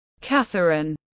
Catherine